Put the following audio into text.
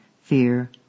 fear